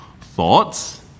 Thoughts